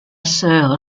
sœur